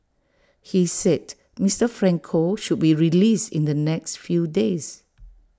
he said Mister Franco should be released in the next few days